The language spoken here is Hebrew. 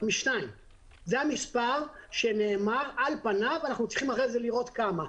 זה עבר בדיקה של מכון בארץ או בעולם?